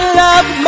love